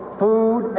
food